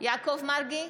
יעקב מרגי,